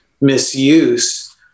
misuse